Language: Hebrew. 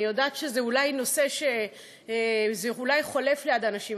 אני יודעת שזה אולי נושא שחולף ליד אנשים,